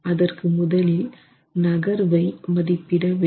அதற்கு முதலில் நகர்வை மதிப்பிட வேண்டும்